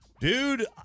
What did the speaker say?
Dude